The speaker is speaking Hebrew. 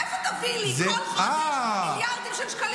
מאיפה תביא לי כל חודש מיליארדים של שקלים למלחמה?